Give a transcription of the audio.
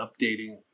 updating